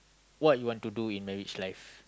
what you want to in a rich life